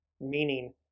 meaning